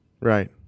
Right